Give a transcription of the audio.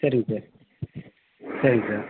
சரிங்க சார் சரிங்க சார்